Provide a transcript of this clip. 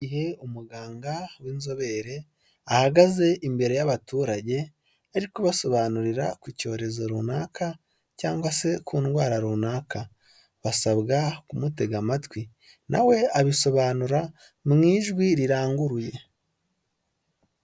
Igihe umuganga w'inzobere ahagaze imbere y'abaturage ari kubasobanurira ku cyorezo runaka cyangwa se ku ndwara runaka basabwa kumutega amatwi na we abisobanura mu ijwi riranguruye.